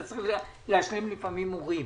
אתה צריך להשלים לפעמים מורים.